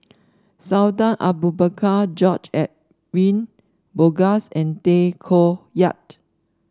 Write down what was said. Sultan Abu Bakar George Edwin Bogaars and Tay Koh Yat